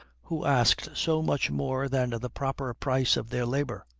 who asked so much more than the proper price of their labor.